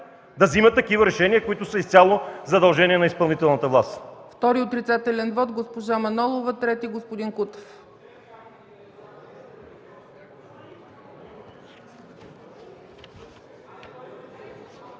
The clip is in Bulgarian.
да вземат такива решения, които са изцяло задължение на изпълнителната власт.